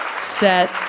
set